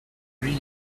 tree